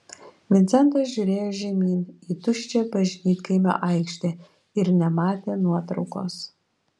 vincentas žiūrėjo žemyn į tuščią bažnytkaimio aikštę ir nematė nuotraukos